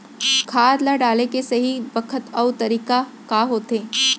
खाद ल डाले के सही बखत अऊ तरीका का होथे?